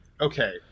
okay